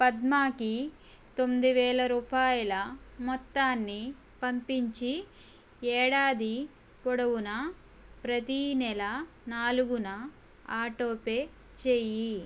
పద్మాకి తొమ్మిది వేల రూపాయల మొత్తాన్ని పంపించి ఏడాది పొడవునా ప్రతీ నెల నాలుగున ఆటో పే చేయి